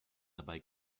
dabei